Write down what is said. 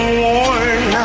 worn